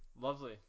Lovely